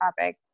topic